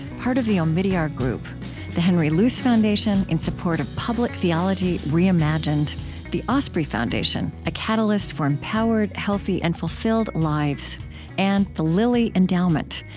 part of the omidyar group the henry luce foundation, in support of public theology reimagined the osprey foundation a catalyst for empowered, healthy, and fulfilled lives and the lilly endowment,